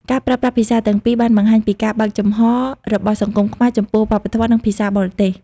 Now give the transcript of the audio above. ការប្រើប្រាស់ភាសាទាំងពីរបានបង្ហាញពីការបើកចំហរបស់សង្គមខ្មែរចំពោះវប្បធម៌និងភាសាបរទេស។